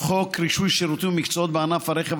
חוק רישוי שירותים ומקצועות בענף הרכב,